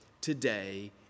today